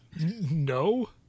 no